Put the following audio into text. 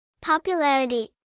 Popularity